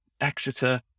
Exeter